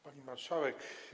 Pani Marszałek!